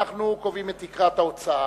אנחנו קובעים את תקרת ההוצאה,